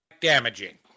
damaging